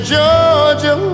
Georgia